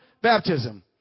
baptism